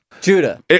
Judah